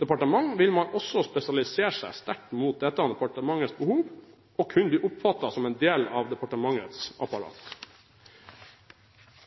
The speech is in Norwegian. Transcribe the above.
departement, vil man også spesialisere seg sterkt mot det departementets behov og vil kunne bli oppfattet som en del av departementets apparat.